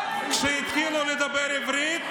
כשהתחילו לדבר עברית,